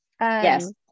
Yes